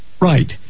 Right